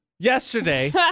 Yesterday